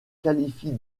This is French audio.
qualifie